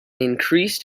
increased